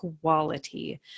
quality